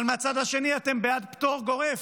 אבל, מהצד השני, אתם בעד פטור גורף